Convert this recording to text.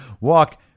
walk